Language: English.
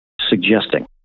suggesting